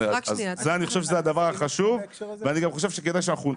אני חושב שזה הדבר החשוב.